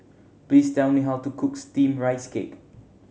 please tell me how to cook Steamed Rice Cake